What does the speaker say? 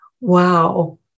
wow